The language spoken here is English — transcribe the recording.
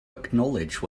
acknowledge